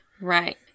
Right